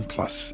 Plus